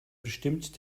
bestimmt